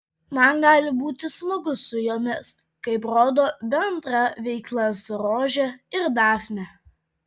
man gali būti smagu su jomis kaip rodo bendra veikla su rože ir dafne